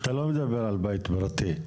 אתה לא מדבר על בית פרטי.